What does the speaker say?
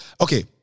Okay